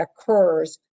occurs